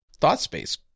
ThoughtSpace